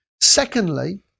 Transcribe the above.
secondly